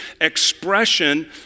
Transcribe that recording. expression